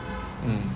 mm